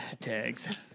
tags